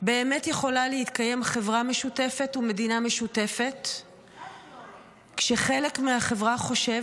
באמת יכולה להתקיים חברה משותפת ומדינה משותפת כשחלק מהחברה חושב